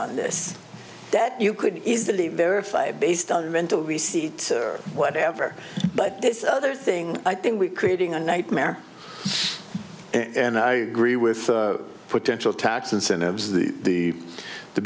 on this that you could easily verify based on mental receipt or whatever but this other thing i think we creating a nightmare and i agree with potential tax incentives the the